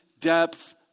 depth